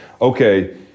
okay